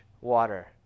water